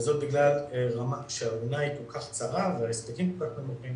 וזה בגלל שהאונה היא כל כך צרה וההספקים כל כך נמוכים,